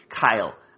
Kyle